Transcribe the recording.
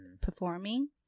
performing